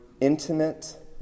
intimate